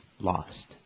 lost